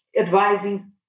advising